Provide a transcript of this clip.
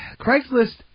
Craigslist